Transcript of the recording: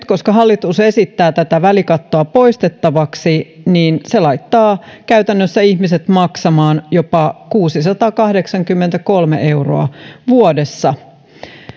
koska hallitus nyt esittää tätä välikattoa poistettavaksi se laittaa ihmiset käytännössä maksamaan jopa kuusisataakahdeksankymmentäkolme euroa vuodessa